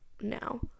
now